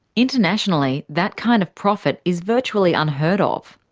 internationally, that kind of profit is virtually unheard of.